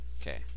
Okay